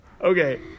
Okay